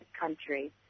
country